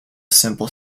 simple